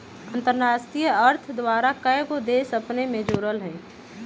अंतरराष्ट्रीय अर्थ द्वारा कएगो देश अपने में जोरायल हइ